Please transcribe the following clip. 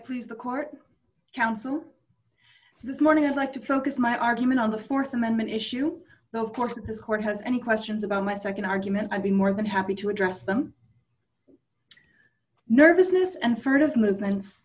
please the court counsel this morning i'd like to focus my argument on the th amendment issue but of course this court has any questions about my nd argument i'd be more than happy to address them nervousness and furtive movements